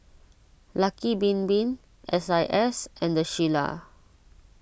Lucky Bin Bin S I S and the Shilla